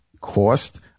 cost